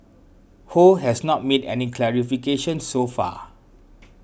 Ho has not made any clarifications so far